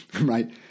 right